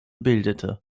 bildete